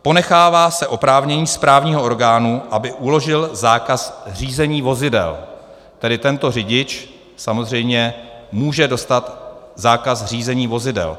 Ponechává se oprávnění správního orgánu, aby uložil zákaz řízení vozidel, tedy tento řidič samozřejmě může dostat zákaz řízení vozidel.